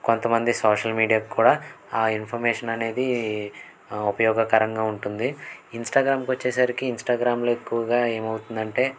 కొంతమంది సోషల్ మీడియాకు కూడా ఆ ఇన్ఫర్మేషన్ అనేది ఉపయోగకరంగా ఉంటుంది ఇన్స్టాగ్రామ్కు వచ్చేసరికి ఇన్స్టాగ్రామ్లో ఎక్కువగా ఏమవుతుందంటే